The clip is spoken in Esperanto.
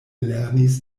lernis